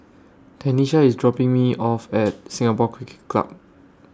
Tenisha IS dropping Me off At Singapore Cricket Club